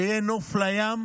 שיהיה נוף לים,